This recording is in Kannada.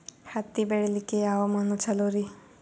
ಹತ್ತಿ ಬೆಳಿಲಿಕ್ಕೆ ಯಾವ ಮಣ್ಣು ಚಲೋರಿ?